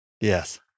Yes